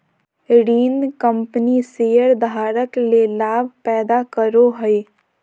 ऋण कंपनी शेयरधारक ले लाभ पैदा करो हइ